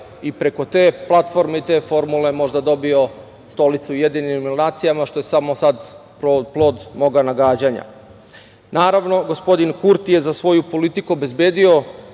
i preko te platforme i te formule, možda dobio stolicu u UN što je samo sad plod moga nagađanja. Naravno, gospodin Kurti je za svoju politiku obezbedio